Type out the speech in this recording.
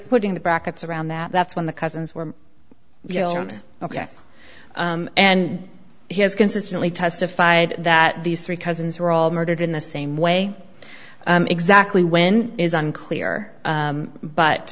putting the brackets around that that's when the cousins were around ok and has consistently testified that these three cousins were all murdered in the same way exactly when is unclear but b